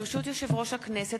ברשות יושב-ראש הכנסת,